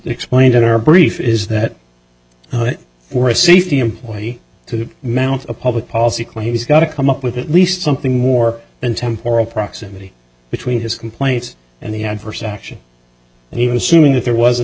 explained in our brief is that we're a safety employee to mount a public policy claim he's got to come up with at least something more than temp oral proximity between his complaints and the adverse action and you know assuming that there was an